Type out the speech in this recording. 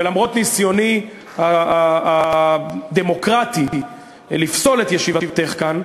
ולמרות ניסיוני הדמוקרטי לפסול את ישיבתך כאן,